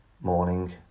morning